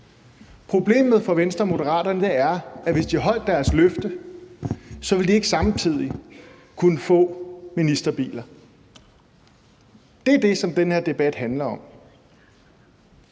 Problemet for Venstre og Moderaterne er, at hvis de holdt deres løfte, ville de ikke samtidig kunne få ministerbiler. Det er det, som den her debat handler om.